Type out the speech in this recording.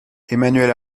emmanuel